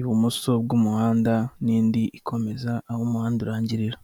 ibumoso bw'umuhanda n'indi ikomeza aho umuhanda urangirira.